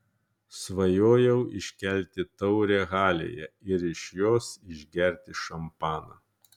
svajojau iškelti taurę halėje ir iš jos išgerti šampano